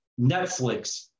Netflix